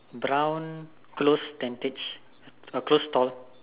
brown close ten tage a close stall